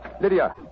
Lydia